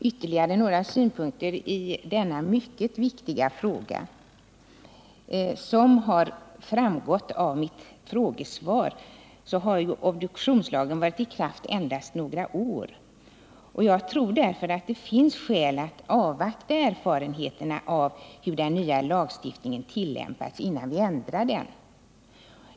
Herr talman! Jag vill anföra ytterligare några synpunkter på denna mycket viktiga fråga. Som har framgått av mitt frågesvar har obduktionslagen varit i kraft endast några år. Jag tror därför att det finns skäl att avvakta erfarenheterna av hur den nya lagstiftningen tillämpas, innan vi ändrar den.